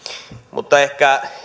mutta ehkä